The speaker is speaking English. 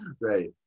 right